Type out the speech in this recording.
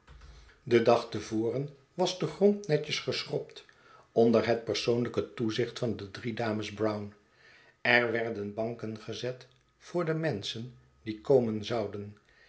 den dag te voren was de grond netjes geschrobd onder het persoonlijke toezicht van de drie dames brown er werden banken gezet voor de menschen die komen zouden